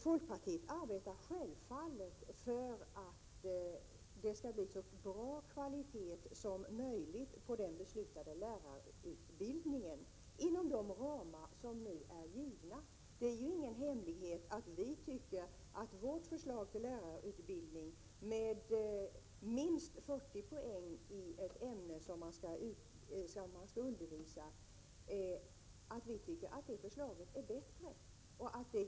Folkpartiet arbetar självfallet för att det skall bli så god kvalitet som möjligt på den beslutade lärarutbildningen inom de ramar som nu är givna. Det är ju ingen hemlighet att vi tycker att vårt förslag till lärarutbildning, med minst 40 poäng i ett ämne som man skall undervisa i, är bättre och ger högre kvalitet.